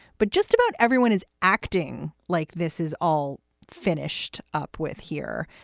but just about everyone is acting like this is all finished up with here.